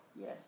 Yes